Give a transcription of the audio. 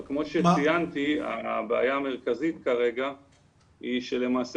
אבל כמו שציינתי הבעיה המרכזית כרגע היא שלמעשה